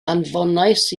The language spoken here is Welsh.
anfonais